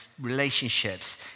relationships